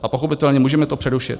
A pochopitelně můžeme to přerušit.